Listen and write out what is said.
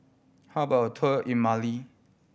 how about a tour in Mali